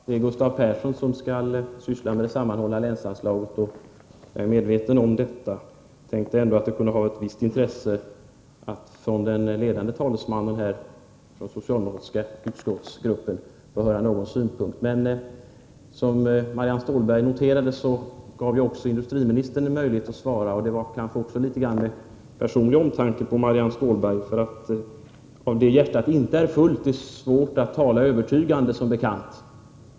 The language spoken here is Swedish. Fru talman! Marianne Stålberg sade att det är Gustav Persson som skall beröra det sammanhållna länsanslaget. Jag är medveten om det, men jag tänkte att det ändå kunde vara av ett visst intresse att få någon synpunkt från den ledande talesmannen för den socialdemokratiska utskottsgruppen. Som Marianne Stålberg noterade ges det dock även möjlighet till en kommentar från industriministern. Så har kanske skett av personlig omtanke om Marianne Stålberg — varav hjärtat inte är fullt är det som bekant svårt att tala övertygande om.